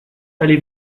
allez